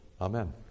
Amen